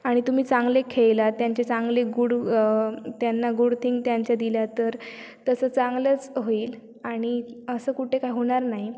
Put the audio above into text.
आणि तुम्ही चांगले खेळलात त्यांचे चांगले गुड त्यांना गुड थिंग त्यांच्या दिल्या तर तसं चांगलंच होईल आणि असं कुठे काय होणार नाही